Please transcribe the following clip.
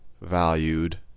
valued